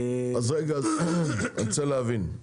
אז רגע, אז אני רוצה להבין.